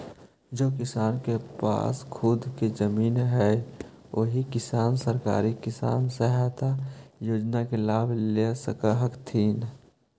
जे किसान के पास खुद के जमीन हइ ओही किसान सरकारी किसान सहायता योजना के लाभ ले सकऽ हथिन